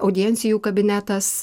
audiencijų kabinetas